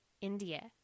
India